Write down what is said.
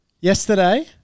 Yesterday